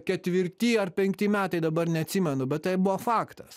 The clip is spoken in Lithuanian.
ketvirti ar penkti metai dabar neatsimenu bet tai buvo faktas